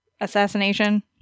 Assassination